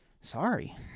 Sorry